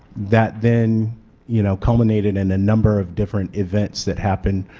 that then you know culminated in a number of different events that happened